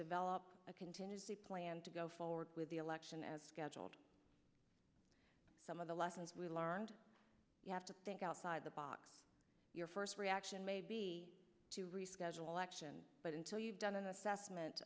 develop a contingency plan to go forward with the election as scheduled some of the lessons we learned you have to think outside the box your first reaction may be to reschedule election but until you've done an assessment